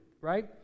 right